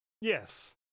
Yes